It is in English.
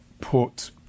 put